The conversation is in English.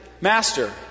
Master